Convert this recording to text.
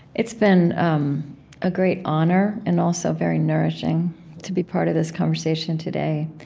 it's been um a great honor and also very nourishing to be part of this conversation today.